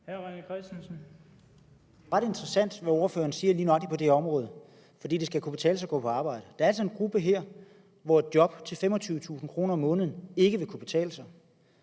René Christensen (DF): Det er ret interessant, hvad ordføreren siger lige nøjagtig på det område, fordi det skal kunne betale sig at gå på arbejde. Der er altså en gruppe her, som det ikke ville kunne betale sig